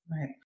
Right